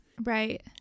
Right